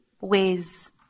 ways